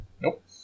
Nope